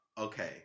okay